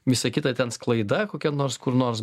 visa kita ten sklaida kokia nors kur nors